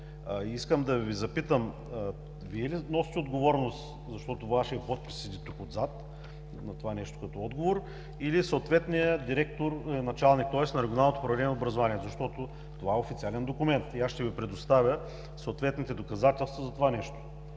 Искам да Ви запитам – Вие ли носите отговорност, защото Вашият подпис седи тук, отзад, на това нещо като отговор, или съответният директор, тоест началник на Регионалното управление на образованието, защото това е официален документ? Ще Ви предоставя съответните доказателства за това нещо,